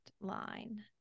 line